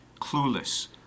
clueless